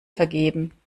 vergeben